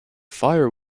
fire